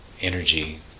energy